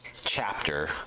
chapter